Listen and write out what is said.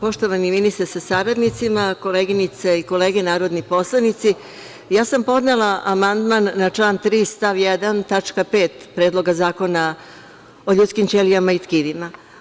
Poštovani ministre sa saradnicima, koleginice i kolege narodni poslanici, podnela sam amandman na član 3. stav 1. tačka 5) Predloga zakona o ljudskim ćelijama i tkivima.